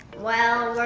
well,